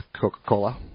Coca-Cola